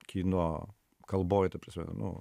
kino kalboj ta prasme nu